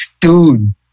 dude